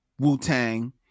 Wu-Tang